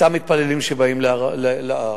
סתם מתפללים שבאים להר.